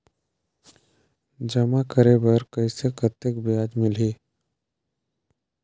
जमा करे बर कइसे कतेक ब्याज मिलही?